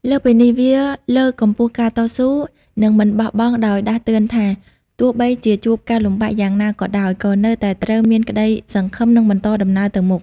លើសពីនេះ វាលើកកម្ពស់ការតស៊ូ និងមិនបោះបង់ ដោយដាស់តឿនថា ទោះបីជាជួបការលំបាកយ៉ាងណាក៏ដោយ ក៏នៅតែត្រូវមានក្តីសង្ឃឹម និងបន្តដំណើរទៅមុខ។